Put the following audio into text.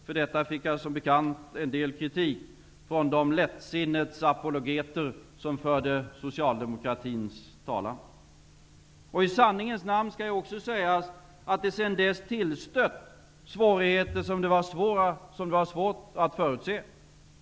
För detta fick jag som bekant en del kritik från de lättsinnets apologeter om förde socialdemokratins talan. I sanningens namn skall också sägas att det sedan dess tillstött svårigheter som då var svåra att förutse.